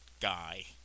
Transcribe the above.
guy